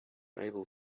able